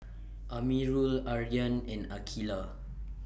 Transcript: Amirul Aryan and Aqeelah